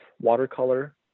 watercolor